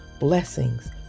blessings